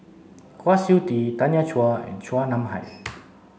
Kwa Siew Tee Tanya Chua and Chua Nam Hai